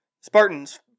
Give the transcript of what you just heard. Spartans